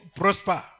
prosper